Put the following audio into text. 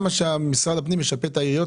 גם מה שמשרד הפנים משפה את העיריות,